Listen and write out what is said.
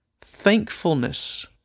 Thankfulness